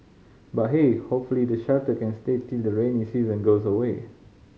but hey hopefully the shelter can stay till the rainy season goes away